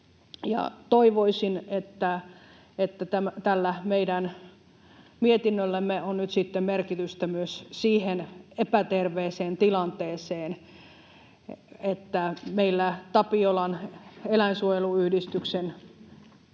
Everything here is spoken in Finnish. toivoisin, että tällä meidän mietinnöllämme on nyt sitten merkitystä myös siihen epäterveeseen tilanteeseen, että meillä Tapiola-eläinsuojeluyhdistyksen